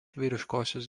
vyriškos